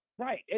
Right